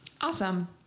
Awesome